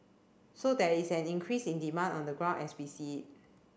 so there is an increase in demand on the ground as we see it